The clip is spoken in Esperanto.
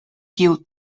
kiu